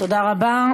תודה רבה.